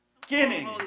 beginning